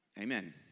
Amen